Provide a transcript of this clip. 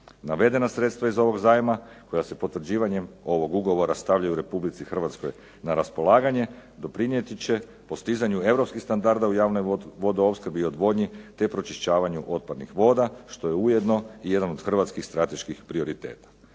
Navedena sredstva iz ovog zajma koja se potvrđivanjem ovog Ugovora stavljaju Republici Hrvatskoj na raspolaganje doprinijeti će postizanju Europskih standarda u javnoj vodoopskrbi i odvodnji te pročišćavanju otpadnih voda, što je ujedno i jedan od Hrvatskih strateških prioriteta.